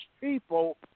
people